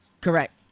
Correct